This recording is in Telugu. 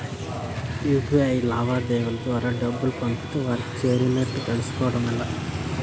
యు.పి.ఐ లావాదేవీల ద్వారా డబ్బులు పంపితే వారికి చేరినట్టు తెలుస్కోవడం ఎలా?